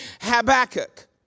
Habakkuk